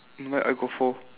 I got four